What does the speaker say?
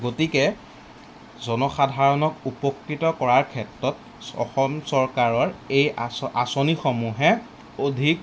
গতিকে জনসাধাৰণক উপকৃত কৰাৰ ক্ষেত্ৰত অসম চৰকাৰৰ এই আঁচ আঁচনিসমূহে অধিক